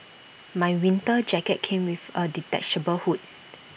my winter jacket came with A detachable hood